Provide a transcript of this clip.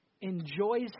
enjoys